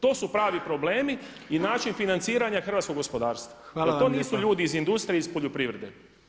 To su pravi problemi i način financiranja hrvatskog gospodarstva jer to nisu ljudi iz industrije iz poljoprivrede.